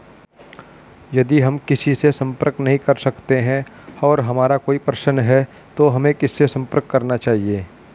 यदि हम किसी से संपर्क नहीं कर सकते हैं और हमारा कोई प्रश्न है तो हमें किससे संपर्क करना चाहिए?